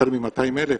יותר מ-200,000?